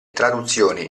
traduzioni